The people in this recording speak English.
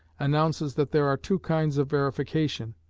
announces that there are two kinds of verification,